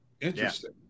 Interesting